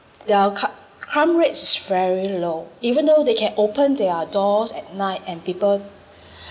their cr~ crime rates very low even though they can open their doors at night and people